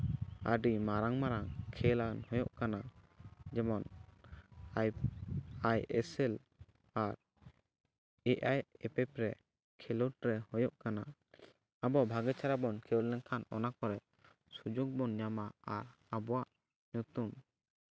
ᱟᱹᱰᱤ ᱢᱟᱨᱟᱝ ᱢᱟᱨᱟᱝ ᱠᱷᱮᱞᱟᱱ ᱦᱩᱭᱩᱜ ᱠᱟᱱᱟ ᱡᱮᱢᱚᱱ ᱟᱭ ᱮᱥ ᱮᱞ ᱟᱨ ᱮ ᱟᱭ ᱮᱯᱷ ᱮᱯᱷ ᱨᱮ ᱠᱷᱮᱞᱳᱰ ᱨᱮ ᱦᱳᱭᱳᱜ ᱠᱟᱱᱟ ᱟᱵᱚ ᱵᱷᱟᱹᱜᱤ ᱪᱮᱦᱨᱟ ᱵᱚᱱ ᱠᱷᱮᱞ ᱞᱮᱱᱠᱷᱟᱱ ᱚᱱᱟ ᱠᱚᱨᱮ ᱥᱩᱡᱳᱜᱽ ᱵᱚᱱ ᱧᱟᱢᱟ ᱟᱨ ᱟᱵᱚᱣᱟᱜ ᱧᱩᱛᱩᱢ